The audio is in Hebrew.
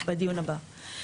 בדיון הבא.